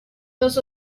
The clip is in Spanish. los